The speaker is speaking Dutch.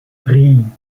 drie